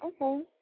Okay